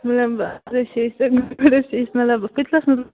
مطلب اتھ منٛز چھِ أسۍ گۄڈٕ یہِ چھِ مطلب پٔتلَس منٛز